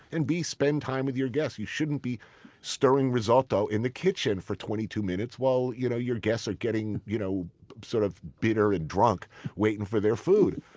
and b spend time with your guests. you shouldn't be stirring risotto in the kitchen for twenty-two minutes while you know your guests are getting you know sort of bitter and drunk waiting for their food